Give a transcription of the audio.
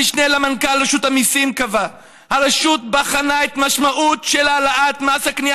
המשנה למנכ"ל רשות המיסים קבע: הרשות בחנה את המשמעות של העלאת מס הקנייה